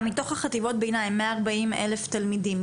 מתוך חטיבות הביניים, 140,000 תלמידים.